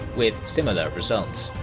with similar results.